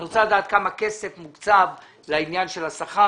אני רוצה לדעת כמה כסף מוקצב לעניין של השכר,